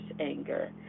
anger